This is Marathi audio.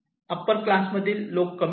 अप्पर क्लासमधील लोक कमी आहेत